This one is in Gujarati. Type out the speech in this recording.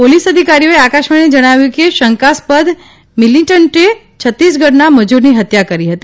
પોલીસ અધિકારીઓએ આકાશવાણીને જણાવ્યું કે શંકાસ્પદ મિલિટંટે છત્તીસગઢના મજૂરની હત્યા કરી હતી